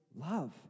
love